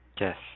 Yes